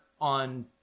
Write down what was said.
on